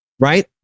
right